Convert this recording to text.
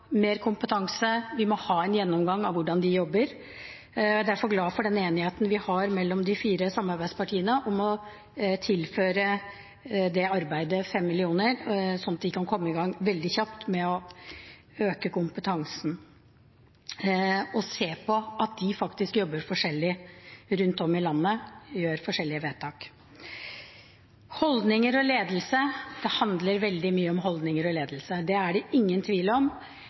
mer kompetanse. Vi må ha en gjennomgang av hvordan de jobber. Jeg er derfor glad for den enigheten vi har mellom de fire samarbeidspartiene om å tilføre det arbeidet 5 mill. kr, slik at de kan komme i gang veldig kjapt med å øke kompetansen og se på at de faktisk jobber forskjellig rundt om i landet, gjør forskjellige vedtak. Det handler veldig mye om holdninger og ledelse, det er det ingen tvil om.